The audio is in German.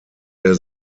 der